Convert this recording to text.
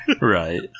Right